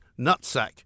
nutsack